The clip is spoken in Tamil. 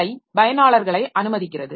ஐ பயனாளர்களை அனுமதிக்கிறது